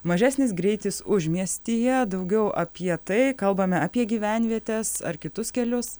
mažesnis greitis užmiestyje daugiau apie tai kalbame apie gyvenvietes ar kitus kelius